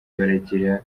baragira